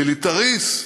מיליטריסט,